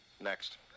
Next